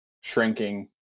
shrinking